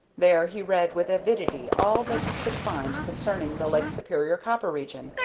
there he read with avidity all that he could find concerning the lake superior copper region,